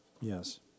Yes